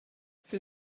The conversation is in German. für